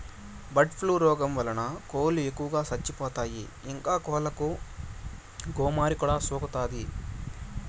bird flu రోగం వలన కోళ్ళు ఎక్కువగా చచ్చిపోతాయి, ఇంకా కోళ్ళకు గోమారి కూడా సోకుతాది